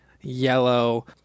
yellow